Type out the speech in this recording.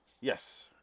Yes